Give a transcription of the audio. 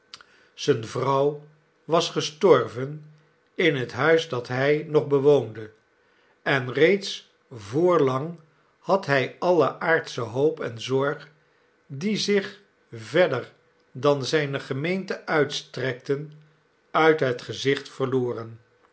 zijne vrouw was gestorven in het huis dat hij nog bewoonde en reeds voorlang had hij alle aardsche hoop en zorg die zich verder dan zijne gemeente uitstrekten uit het gezicht verloren